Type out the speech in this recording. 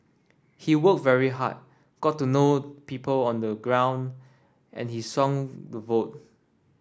he worked very hard got to know people on the ground and he swung the vote